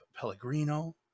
Pellegrino